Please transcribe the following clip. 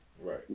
Right